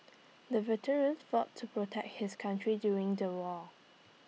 the veteran fought to protect his country during the war